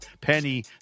Penny